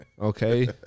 okay